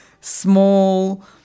small